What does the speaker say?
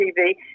TV